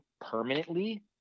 permanently